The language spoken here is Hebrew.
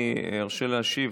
אני ארשה לעצמי להשיב.